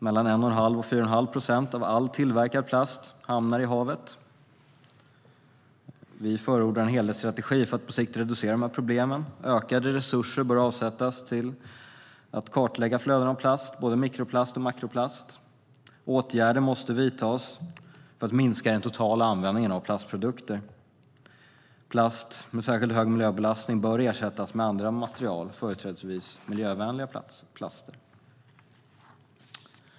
Mellan 1,5 och 4,5 procent av all tillverkad plast hamnar i havet. Vi förordar en helhetsstrategi för att på sikt reducera de här problemen. Ökade resurser bör avsättas till att kartlägga flödena av plast, både mikroplast och makroplast. Åtgärder måste vidtas för att minska den totala användningen av plastprodukter. Plaster med särskilt hög miljöbelastning bör ersättas av andra material, företrädesvis miljövänliga plaster. Herr talman!